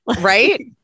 Right